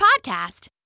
Podcast